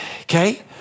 Okay